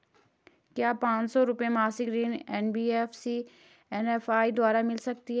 क्या पांच सौ रुपए मासिक ऋण एन.बी.एफ.सी एम.एफ.आई द्वारा मिल सकता है?